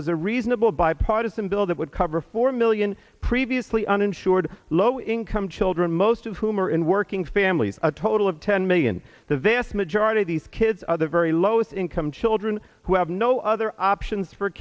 was a reasonable bipartisan bill that would cover four million previously uninsured low income children most of whom are in working families a total of ten million the vast majority of these kids of the very lowest income children who have no other options for